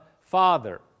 Father